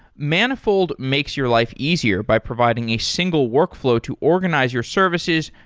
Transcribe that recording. manifold makes your life easier by providing a single workflow to organize your services,